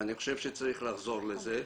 ואני חושב שצריך לחזור לזה.